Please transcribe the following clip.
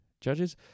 judges